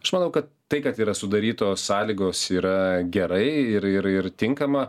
aš manau kad tai kad yra sudarytos sąlygos yra gerai ir ir ir tinkama